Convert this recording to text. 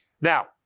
Now